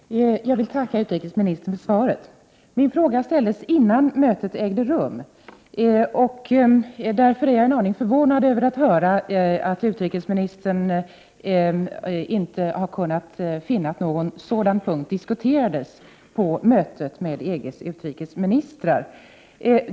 Herr talman! Jag vill tacka utrikesministern för svaret. Min fråga ställdes innan mötet ägde rum. Därför är jag en aning förvånad över att utrikesministern inte har kunnat finna att någon sådan punkt har diskuterats vid mötet mellan EG:s utrikesministrar.